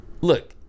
Look